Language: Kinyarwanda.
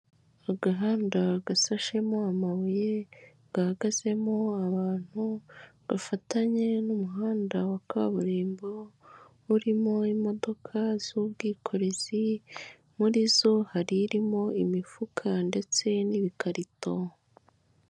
Agahanda gasashemo amabuye, gahagazemo abantu, gafatanye n'umuhanda wa kaburimbo, urimo imodoka z'ubwikorezi, muri zo hari irimo imifuka ndetse n'ibikarito.